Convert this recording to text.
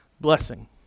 blessing